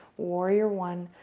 warrior one.